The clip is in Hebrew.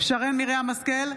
שרן מרים השכל,